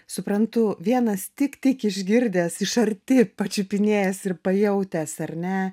suprantu vienas tik tik išgirdęs iš arti pačiupinėjęs ir pajautęs ar ne